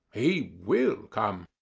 he will come.